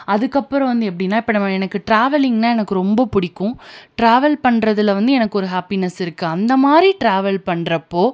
அதுக்கு அப்புறம் வந்து எப்படின்னா இப்போ எனக்கு டிராவல்லிங்குன்னா எனக்கு ரொம்ப பிடிக்கும் டிராவல் பண்ணுறதுல வந்து எனக்கு ஒரு ஹாப்பினஸ் இருக்குது அந்த மாதிரி டிராவல் பண்ணுறப்போ